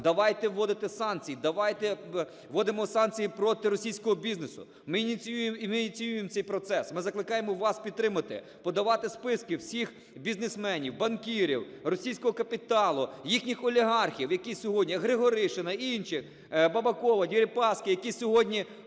давайте вводити санкції, давайте вводимо санкції проти російського бізнесу. Ми ініціюємо цей процес, ми закликаємо вас підтримати, подавати списки всіх бізнесменів, банкірів, російського капіталу, їхніх олігархів, які сьогодні… Григоришина і інших, Бабакова, Дерипаски, які сьогодні